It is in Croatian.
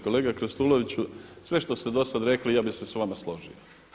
Kolega Krstuloviću, sve što ste do sada rekli ja bih se s vama složio.